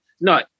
No